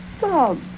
Bob